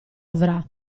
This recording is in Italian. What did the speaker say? avrà